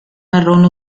marrón